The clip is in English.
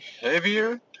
heavier